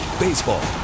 Baseball